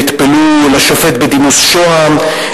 נטפלו לשופט בדימוס שהם,